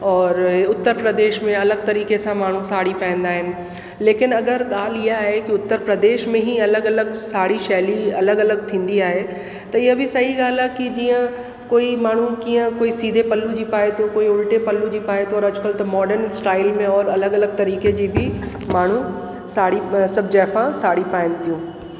और उत्तर प्रदेश में अलॻि तरीक़े सां माण्हू साड़ी पाईंदा आहिनि लेकिनि अगरि ॻाल्हि इहा आहे कि उत्तर प्रदेश में ई अलॻि अलॻि साड़ी शैली अलॻि अलॻि थींदी आहे त इहा बि सही ॻाल्हि आहे कि जीअं कोई माण्हू कीअं कोई सीधे पल्लू जी पाए थो कोई उल्टे पल्लू जी पाए थो और अॼुकल्ह त मॉडन स्टाइल में और अलॻि अलॻि तरीक़े जी बि माण्हू साड़ी सभु जाएफ़ां साड़ी पाइनि थियूं